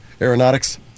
aeronautics